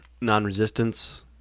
Non-resistance